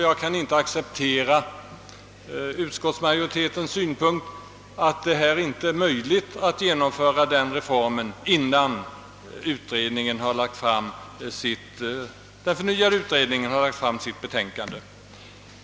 Jag kan inte acceptera utskottsmajoritetens synpunkt, att det inte är möjligt att genomföra denna reform innan den förnyade utredningen har lagt fram sitt betänkande.